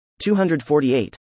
248